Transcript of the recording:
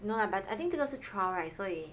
no lah but I think 这个是 trial right 所以